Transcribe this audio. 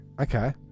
okay